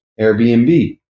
Airbnb